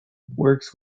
works